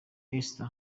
esther